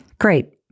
Great